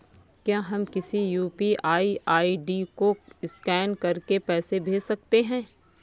क्या हम किसी यू.पी.आई आई.डी को स्कैन करके पैसे भेज सकते हैं?